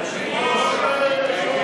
היושב-ראש,